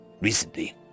Recently